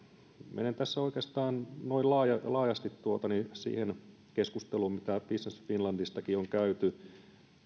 menen tässä oikeastaan noin laajasti laajasti siihen keskusteluun mitä business finlandistakin on käyty